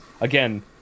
again